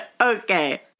okay